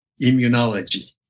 immunology